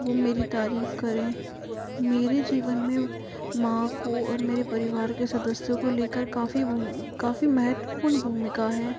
वह मेरी तारीफ करें मेरे जीवन में माँ को और मेरे परिवार के सदस्यों को लेकर काफी काफी महवपूर्ण भूमिका है